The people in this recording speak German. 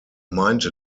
meinte